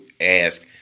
ask